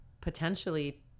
potentially